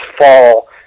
fall